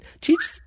Teach